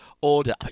order